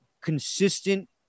consistent